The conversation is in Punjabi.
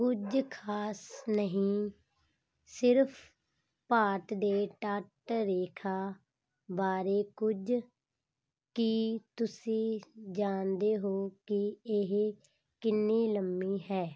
ਕੁਝ ਖਾਸ ਨਹੀਂ ਸਿਰਫ਼ ਭਾਰਤ ਦੇ ਤੱਟ ਰੇਖਾ ਬਾਰੇ ਕੁਝ ਕੀ ਤੁਸੀਂ ਜਾਣਦੇ ਹੋ ਕਿ ਇਹ ਕਿੰਨੀ ਲੰਮੀ ਹੈ